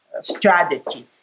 strategy